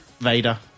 Vader